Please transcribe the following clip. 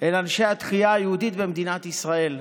אל אנשי התחייה היהודית במדינת ישראל,